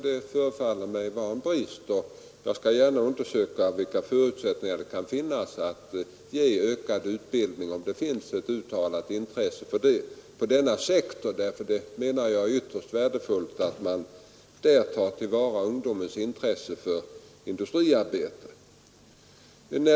Det förefaller mig vara en brist, och jag skall gärna undersöka förutsättningarna för att öka denna utbildning om det finns ett uttalat intresse härför. Det är ytterst värdefullt att man tar vara på ungdomens intresse för industriarbete.